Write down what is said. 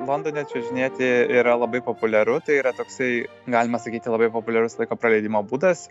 londone čiuožinėti yra labai populiaru tai yra toksai galima sakyti labai populiarus laiko praleidimo būdas